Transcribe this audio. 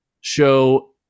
show